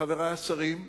חברי השרים?